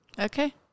Okay